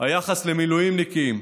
היחס למילואימניקים,